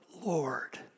Lord